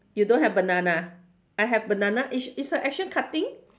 you don't have banana I have banana is sh~ is her action cutting